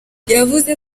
yavuze